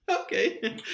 Okay